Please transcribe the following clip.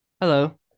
Hello